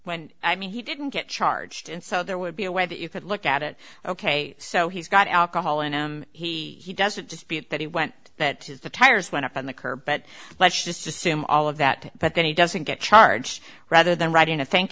when i mean he didn't get charged and so there would be a way that you could look at it ok so he's got alcohol in him he he doesn't dispute that he went that is the tires went up on the curb but let's just assume all of that but then he doesn't get charged rather than writing a thank